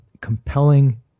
compelling